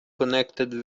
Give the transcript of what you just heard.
connected